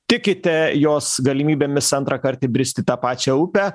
tikite jos galimybėmis antrąkart įbrist į tą pačią upę